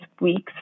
weeks